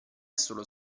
solo